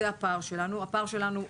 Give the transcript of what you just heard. זה הפער שלנו,